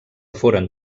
foren